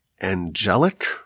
angelic